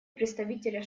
представителя